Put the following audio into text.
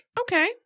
Okay